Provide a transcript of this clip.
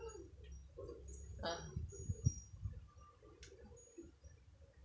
ah